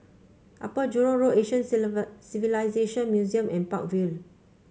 Upper Jurong Road Asian Civilisation Museum and Park Vale